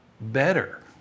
better